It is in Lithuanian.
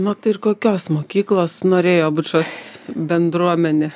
na ir kokios mokyklos norėjo bučos bendruomenė